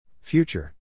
Future